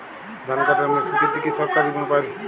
ধান কাটার মেশিন কিনতে কি সরকারী বিমা পাওয়া যায়?